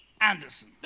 Anderson